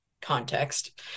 context